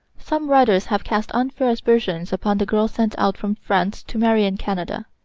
some writers have cast unfair aspersions upon the girls sent out from france to marry in canada.